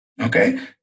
Okay